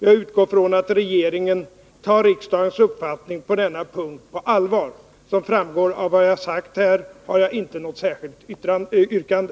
Jag utgår från att regeringen tar riksdagens uppfattning på denna punkt på allvar. Som framgått av vad jag här har sagt har jag inget särskilt yrkande.